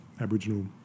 Aboriginal